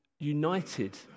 united